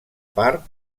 part